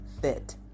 Fit